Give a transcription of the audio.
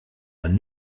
and